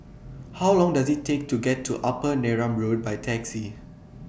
How Long Does IT Take to get to Upper Neram Road By Taxi